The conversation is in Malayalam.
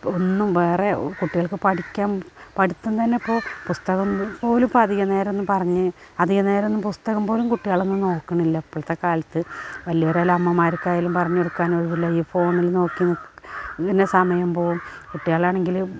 ഇപ്പം ഒന്നും വേറെ കുട്ടികൾക്ക് പഠിക്കാൻ പഠിത്തം തന്നെ ഇപ്പോൾ പുസ്തക്കം ഒന്നും കൂടുതലിപ്പം അധിക നേരം ഒന്നും പറഞ്ഞ് അധിക നേരം ഒന്നും പുസ്തകം പോലും കുട്ടികളൊന്നും നോക്കുന്നില്ല ഇപ്പോളത്തെ കാലത്ത് വലിയവരായാലും അമ്മമാർക്കായാലും പറഞ്ഞ് കൊടുക്കാൻ ഒഴിവില്ല ഈ ഫോണില് നോക്കി ഇങ്ങനെ സമയം പോകും കുട്ടികളാണെങ്കിൽ